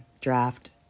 draft